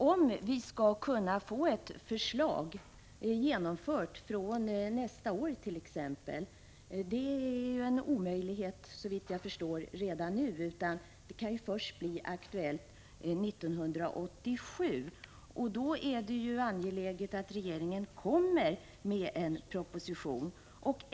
Herr talman! Att få ett förslag på det här området genomfört fr.o.m. nästa år är såvitt jag förstår redan nu en omöjlighet. Det kan bli aktuellt först 1987. Skall det kunna ske är det angeläget att regeringen lägger fram en proposition.